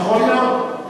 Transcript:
נכון מאוד.